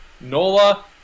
NOLA